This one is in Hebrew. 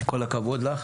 כל הכבוד לך.